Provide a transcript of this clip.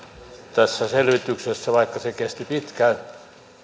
tässä selvityksessä vaikka se kesti pitkään